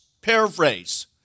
Paraphrase